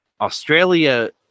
Australia